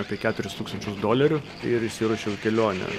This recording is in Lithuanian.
apie keturis tūkstančius dolerių ir išsiruošiau į kelionę